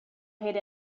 paid